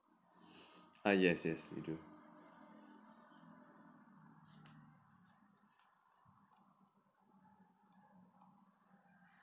uh yes yes we do